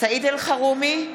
סעיד אלחרומי,